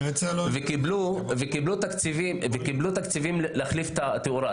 הם קיבלו תקציבים להחליף את התאורה.